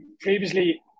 previously